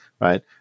right